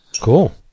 Cool